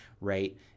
right